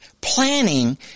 Planning